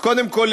אז קודם כול,